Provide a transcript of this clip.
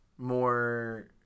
More